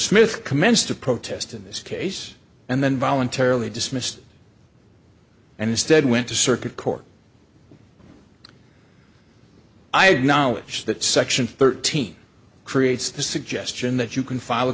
smith commenced to protest in this case and then voluntarily dismissed and instead went to circuit court i had knowledge that section thirteen creates the suggestion that you can f